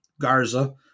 Garza